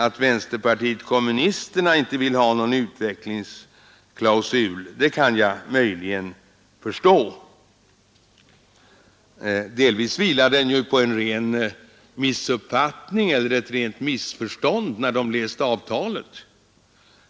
Att vänsterpartiet kommunisterna inte vill ha någon utvecklingsklausul kan jag möjligen förstå. Delvis vilar visserligen deras motstånd på en ren missuppfattning eller ett rent missförstånd när de läste avtalet.